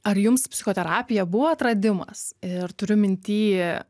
ar jums psichoterapija buvo atradimas ir turiu minty